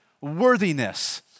worthiness